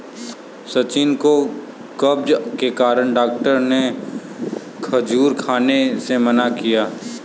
सचिन को कब्ज के कारण डॉक्टर ने खजूर खाने से मना किया